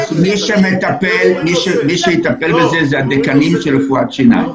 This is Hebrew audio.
מי שיטפל בזה, אלה הדיקנים של רפואת שיניים.